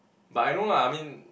but I know lah I mean